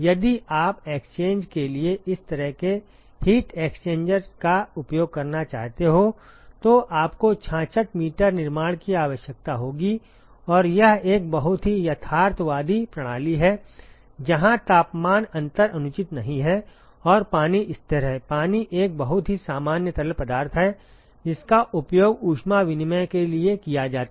यदि आप एक्सचेंज के लिए इस तरह के हीट एक्सचेंजर का उपयोग करना चाहते हैं तो आपको 66 मीटर निर्माण की आवश्यकता होगी और यह एक बहुत ही यथार्थवादी प्रणाली है जहां तापमान अंतर अनुचित नहीं है और पानी स्थिर है पानी एक बहुत ही सामान्य तरल पदार्थ है जिसका उपयोग ऊष्मा विनिमय के लिए किया जाता है